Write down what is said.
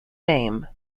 name